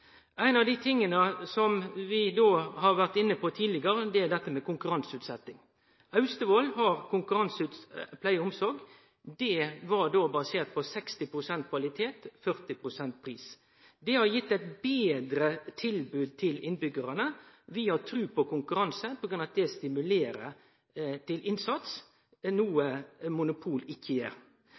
Ein av dei tinga vi har vore inne på tidlegare, er konkurranseutsetjing. Austevoll har konkurranseutsett pleie og omsorg. Det var basert på 60 pst. kvalitet, 40 pst. pris. Det har gitt eit betre tilbod til innbyggjarane. Vi har tru på konkurranse fordi det stimulerer til innsats, noko monopol ikkje gjer.